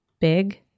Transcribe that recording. big